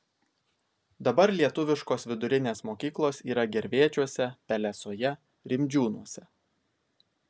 dabar lietuviškos vidurinės mokyklos yra gervėčiuose pelesoje rimdžiūnuose